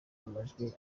amajwi